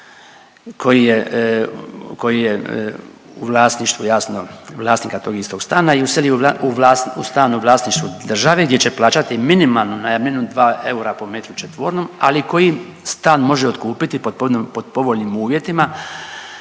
koji je u vlasništvu jasno tog istog stana i useli u stan u vlasništvu države gdje će plaćati minimalnu najamninu 2 eura po metru četvornom, ali koji stan može otkupiti pod povoljnim uvjetima.